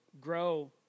grow